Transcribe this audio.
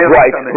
right